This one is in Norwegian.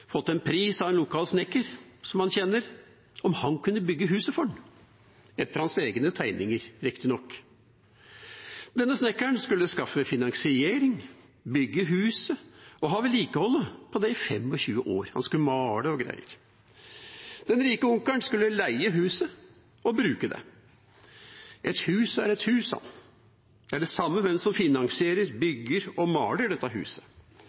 fått en pris av en lokal snekker som han kjenner, om han kunne bygge huset for ham – etter hans egne tegninger, riktignok. Denne snekkeren skulle skaffe finansiering, bygge huset og ha vedlikeholdet på det i 25 år. Han skulle male og greier. Den rike onkelen skulle leie huset og bruke det. Et hus er et hus, sa han, det er det samme hvem som finansierer, bygger og maler dette huset.